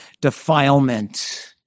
defilement